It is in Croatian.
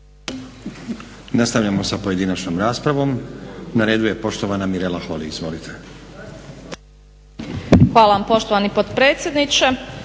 Nastavljamo sa pojedinačnom raspravom. Na redu je poštovana Mirela Holy, izvolite. **Holy, Mirela (ORaH)** Hvala vam poštovani potpredsjedniče,